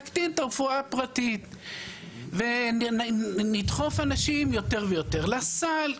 נקטין את הרפואה הפרטית ונדחוף אנשים יותר ויותר לסל.